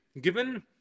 given